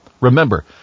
Remember